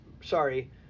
sorry